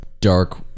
dark